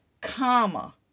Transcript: Comma